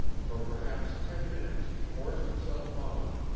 for perhaps ten minutes he forced himself on,